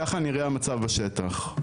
ככה נראה המצב בשטח,